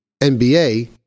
NBA